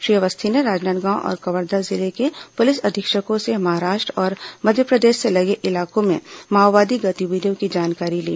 श्री अवस्थी ने राजनांदगांव और कवर्धा जिले के पुलिस अधीक्षकों से महाराष्ट्र और मध्यप्रदेश से लगे इलाकों में माओवादी गतिविधियों की जानकारी ली